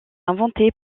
inventé